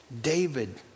David